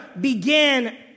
begin